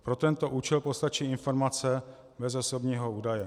Pro tento účel postačí informace bez osobního údaje.